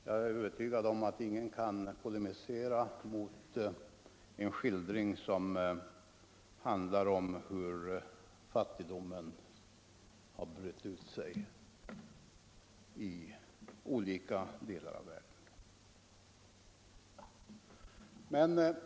Jag är övertygad om att ingen kan polemisera mot en skildring som handlar om hur fattigdomen har brett ut sig i olika delar av världen.